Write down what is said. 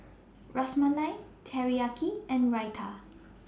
Ras Malai Teriyaki and Raita